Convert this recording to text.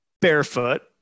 barefoot